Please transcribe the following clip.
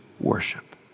worship